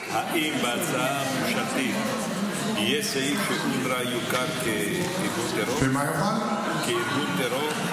האם בהצעה הממשלתית יהיה סעיף שלפיו אונר"א יוכר כארגון טרור?